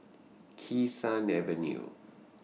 Kee Sun Avenue